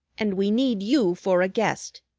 and we need you for a guest.